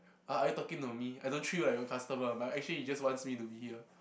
uh are you talking to me I don't treat you like a customer but actually he just wants me to be here